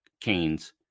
Canes